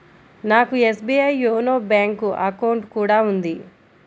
నాకు SBI YONO bank account కూడా ఉంది